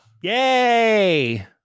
yay